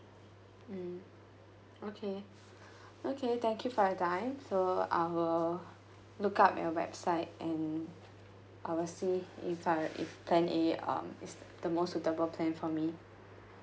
mm okay okay thank you for your time so I will look up on your website and I will see if I if plan A um is the most suitable plan for me